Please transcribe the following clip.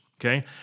Okay